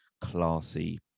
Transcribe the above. classy